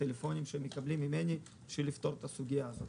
טלפונים שהם מקבלים ממני כדי לפתור את הסוגיה הזאת.